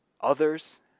others